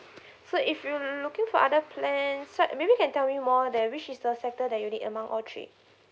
so if you looking for other plan set maybe you can tell me more that which is the sector that you the need among all three